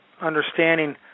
understanding